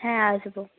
হ্যাঁ আসবো